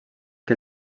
que